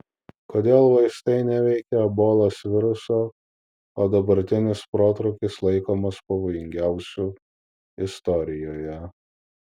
kodėl vaistai neveikia ebolos viruso o dabartinis protrūkis laikomas pavojingiausiu istorijoje